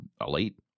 Elite